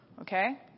okay